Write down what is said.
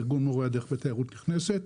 ארגון מורי הדרך לתיירות נכנסת.